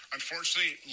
Unfortunately